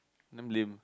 damn lame